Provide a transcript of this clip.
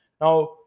Now